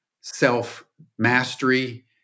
self-mastery